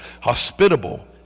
hospitable